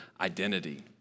identity